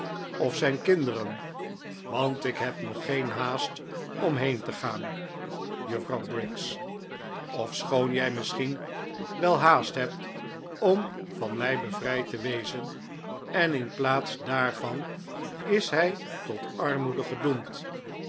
of zijn kinderen want ik heb nog geen haast om heen te gaan juffrouw briggs ofschoon jij misschien wel haast hebt om van mij bevrijd te wezen en in plaats daarvan is hij tot armoede gedoemd